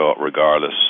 regardless